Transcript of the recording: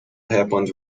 happened